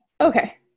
Okay